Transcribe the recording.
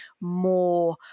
more